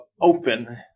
open